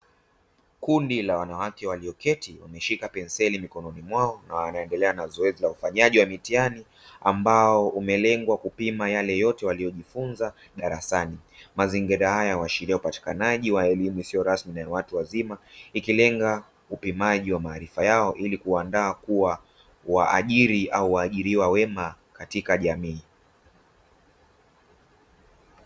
Kundi la wanawake walioketi wameshika penseli mikononi mwao na wanaendelea na zoezi la ufanyaji wa mitihani, ambao umelengwa kupima yale yote waliojifunza darasani. Mazingira haya yanaashiria upatikanaji wa elimu isiyo rasmi ya watu wazima, ikilenga upimaji wa maarifa yao ili kuwaanda kuwa waajiri au waajiriwa wema katika jamii.